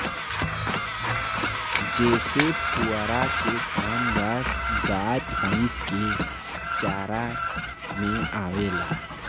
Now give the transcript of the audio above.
जेसे पुआरा के काम गाय भैईस के चारा में आवेला